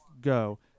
go